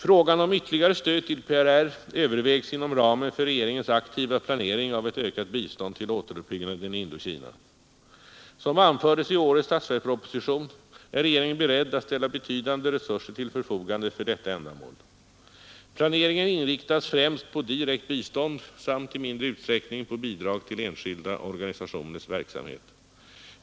Frågan om ytterligare stöd till PRR övervägs inom ramen för regeringens aktiva planering av ett ökat bistånd till återuppbyggnaden i Indokina. Som anfördes i årets statsverksproposition är regeringen beredd att ställa betydande resurser till förfogande för detta ändamål. Planeringen inriktas främst på direkt bistånd samt, i mindre utsträckning, på bidrag till enskilda organisationers verksamhet.